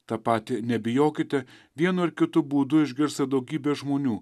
tą patį nebijokite vienu ar kitu būdu išgirsta daugybė žmonių